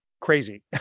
crazy